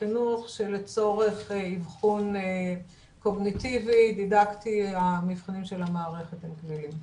החינוך שלצורך אבחון קוגניטיבי דידקטי המבחנים של המערכת קבילים.